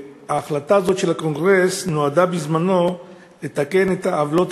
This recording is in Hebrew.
ההחלטה הזאת של הקונגרס נועדה בזמנה לתקן את העוולות